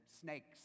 snakes